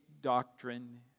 doctrine